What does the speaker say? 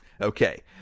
Okay